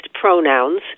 pronouns